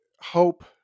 hope